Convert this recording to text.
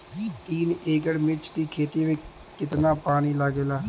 तीन एकड़ मिर्च की खेती में कितना पानी लागेला?